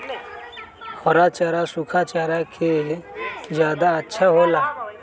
हरा चारा सूखा चारा से का ज्यादा अच्छा हो ला?